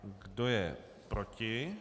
Kdo je proti?